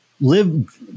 live